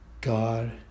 God